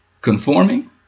Conforming